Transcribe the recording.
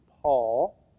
Paul